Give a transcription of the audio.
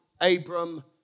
Abram